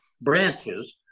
branches